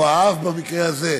או האב במקרה הזה,